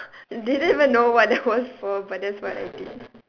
didn't even know what that was for but that's what I did